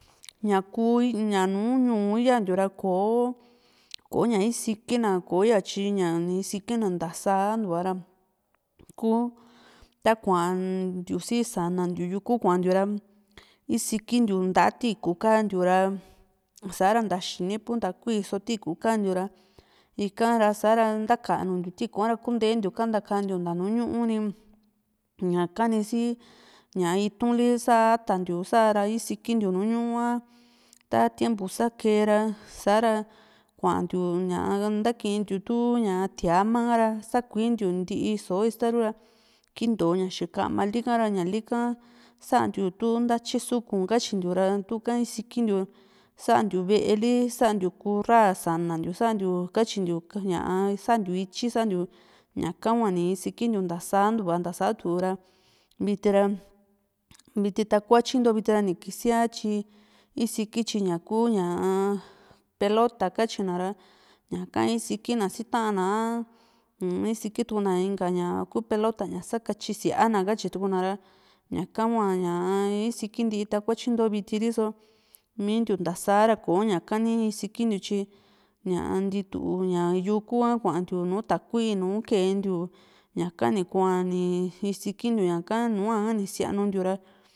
ña kuu ña nuu ñuu yantiu ra kò´o ko ña isiki na ko yatyi ña ni ikiki na ntasa ntuara ku takuantiu si sanaatiu yuku kuantiu ra isiki ntiu nta tiikù kantiu ra sa´ra nta punta kui so xini tiikù kantiu ra ikara sa´ra ntakanuntiu tiikù a´ra kuntentiu kantakantiu nta nuu ñuu ni ñaka ni si iktu´n li sa´a atantiu sa´ra isikintiu nùù ñuu a ta tiempo sake ra sa´ra kuantiu ntakintiu túu tiama ra sakuintiu ntii soo ista ru ra kinto ña xikama lika´ra ñaka sa´ntiu tu ntatyi súku´n katyintiu ra tuka isikintiu santiu ve´e li santiu kurra sa´na ntiu santiu katyintiu ñaa santiu iyti santiu ñaka hua ni isikintiu ntasantuva ntasatu ra viti ra viti takuatyi nti viti ra ni kisiaa tyi isiki tyi ñaku ñaa pelota katyina ra ñaka isiki na si ta´na a u isikituna inka ña ku pelota ña sakatyi sía´na katyituuna ra ñaka hua ñaa isiki nti takuatyi nto viri so mintiu ntasa ra koña ka ni isikintiu tyi ñaa ntituu ña yuku ha kuantiu nùù takui ha kentiu ñaka ni kua ni isikintiu ka nua ni sianuntiu ra